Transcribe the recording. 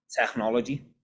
technology